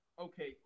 Okay